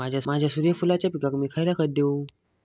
माझ्या सूर्यफुलाच्या पिकाक मी खयला खत देवू?